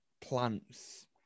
plants